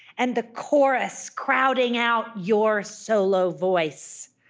and the chorus, crowding out your solo voice.